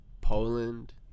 Poland